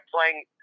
Playing